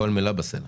כל מילה בסלע.